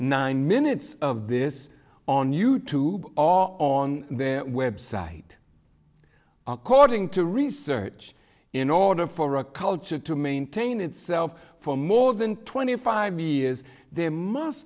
nine minutes of this on you tube all on their website according to research in order for a culture to maintain itself for more than twenty five years there must